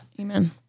Amen